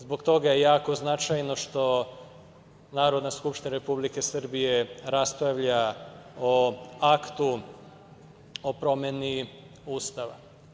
Zbog toga je jako značajno što Narodna skupština Republike Srbije raspravlja o aktu o promeni Ustava.